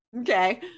okay